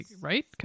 right